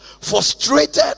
frustrated